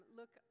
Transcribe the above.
look